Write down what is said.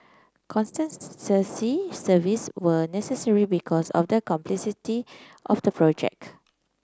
services were necessary because of the complexity of the project